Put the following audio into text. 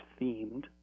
themed